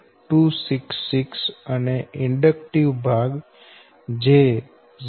266 અને ઈંડક્ટિવ ભાગ j0